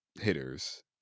hitters